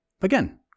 Again